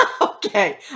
Okay